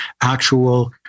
actual